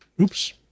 oops